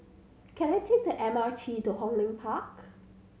can I take the M R T to Hong Lim Park